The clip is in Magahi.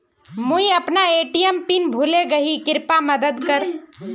मुई अपना ए.टी.एम पिन भूले गही कृप्या मदद कर